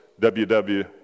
WW